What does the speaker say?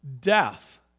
death